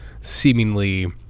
seemingly